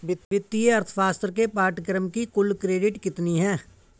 वित्तीय अर्थशास्त्र के पाठ्यक्रम की कुल क्रेडिट कितनी है?